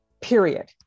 period